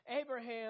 abraham